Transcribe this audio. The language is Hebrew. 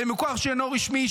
למוכר שאינו רשמי,